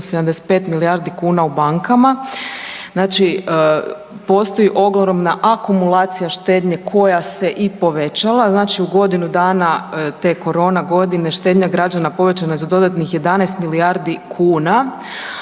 75 milijardi kuna u bankama, znači postoji ogromna akumulacija štednje koja se i povećala. Znači u godinu dana te korona godine štednja građana povećana je za dodatnih 11 milijardi kuna,